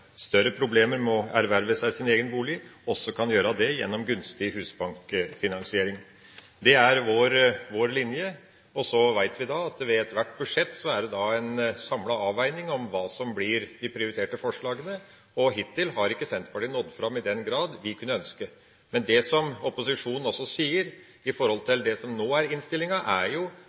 større problemer med å erverve seg sin egen bolig, kan gjøre det gjennom gunstig husbankfinansiering. Det er vår linje, og så vet vi at ved ethvert budsjett er det en samlet avveining av hva som blir de prioriterte forslagene. Hittil har ikke Senterpartiet nådd fram i den grad vi kunne ønske. Men det som opposisjonen også sier om det som nå er innstillinga, er jo